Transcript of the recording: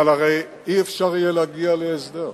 אבל הרי אי-אפשר יהיה להגיע להסדר,